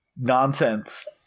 nonsense